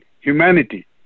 humanity